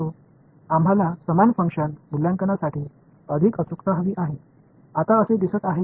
அதே எண்ணிக்கையிலான ஃபங்ஷன் மதிப்பீடுகளுக்கு அதிக துல்லியத்தை நாங்கள் விரும்புகிறோம்